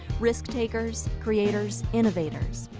risk takers, creators, innovators,